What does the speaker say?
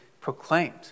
proclaimed